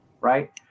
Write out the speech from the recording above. right